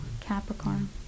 Capricorn